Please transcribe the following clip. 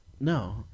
No